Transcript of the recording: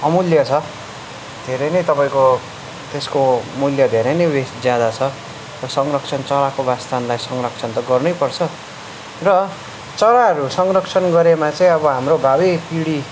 अमूल्य छ धेरै नै तपाईँको त्यसको मूल्य धेरै नै ज्यादा छ र संरक्षण चराको वासस्थानलाई संरक्षण त गर्नै पर्छ र चराहरू संरक्षण गरेमा चाहिँ अब हाम्रो भावी पिँढी